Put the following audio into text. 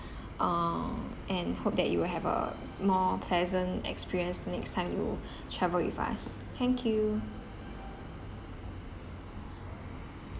uh and hope that you will have a more pleasant experience the next time you travel with us thank you